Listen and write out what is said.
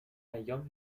ایام